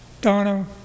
donna